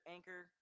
Anchor